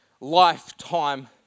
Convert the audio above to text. lifetime